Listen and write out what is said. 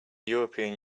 european